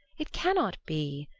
it cannot be.